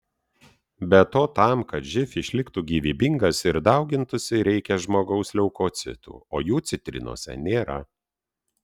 be to tam kad živ išliktų gyvybingas ir daugintųsi reikia žmogaus leukocitų o jų citrinose nėra